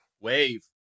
Wave